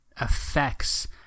effects